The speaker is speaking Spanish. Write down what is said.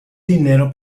dinero